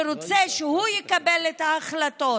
שרוצה שהוא יקבל את ההחלטות.